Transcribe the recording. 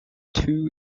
two